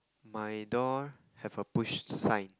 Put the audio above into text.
my door have a push sign